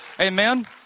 Amen